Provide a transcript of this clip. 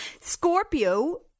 Scorpio